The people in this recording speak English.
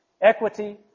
equity